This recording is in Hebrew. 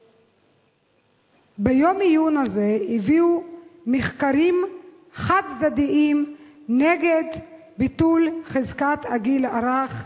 וביום העיון הזה הביאו מחקרים חד-צדדיים נגד ביטול חזקת הגיל הרך.